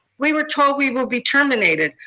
we were told we will be terminated,